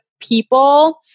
people